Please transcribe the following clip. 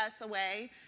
away